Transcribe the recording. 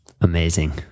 Amazing